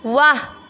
वाह